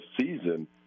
season